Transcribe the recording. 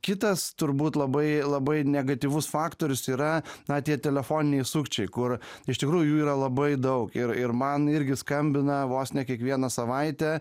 kitas turbūt labai labai negatyvus faktorius yra na tie telefoniniai sukčiai kur iš tikrųjų jų yra labai daug ir ir man irgi skambina vos ne kiekvieną savaitę